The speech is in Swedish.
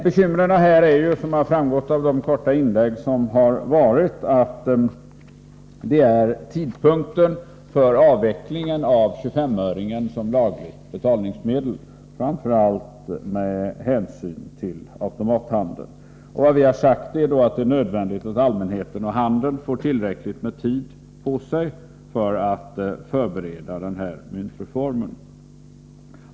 Bekymret här gäller, såsom framgått av de korta inlägg som gjorts, tidpunkten för avvecklingen av 25-öringen som lagligt betalningsmedel — framför allt med hänsyn till automathandeln. Vi har sagt, att det är nödvändigt att allmänheten och handeln får tillräcklig tid på sig att förbereda myntreformen.